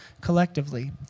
collectively